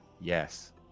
Yes